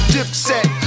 Dipset